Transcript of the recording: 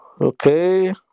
Okay